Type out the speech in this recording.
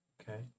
okay